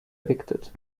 evicted